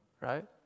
right